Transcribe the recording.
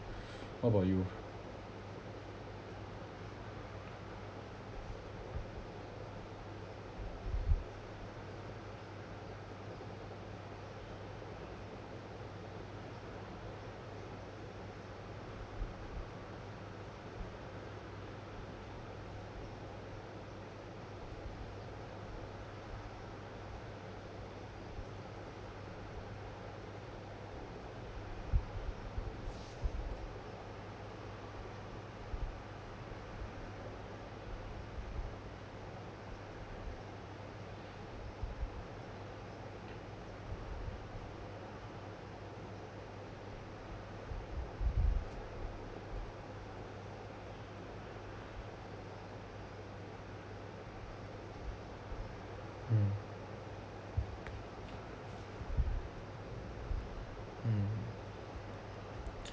what about you mm mm